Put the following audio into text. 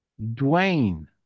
dwayne